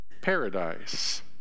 paradise